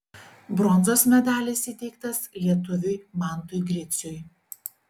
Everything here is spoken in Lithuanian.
bronzos medalis įteiktas lietuviui mantui griciui